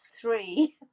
three